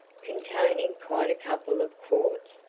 containing quite a couple of quarts,